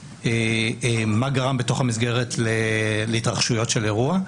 מה גרם בתוך המסגרת להתרחשויות של אירוע.